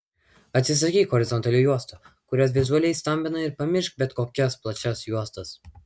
atsisakyk horizontalių juostų kurios vizualiai stambina ir pamiršk bet kokias plačias juostas